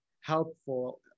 helpful